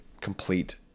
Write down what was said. complete